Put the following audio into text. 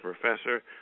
professor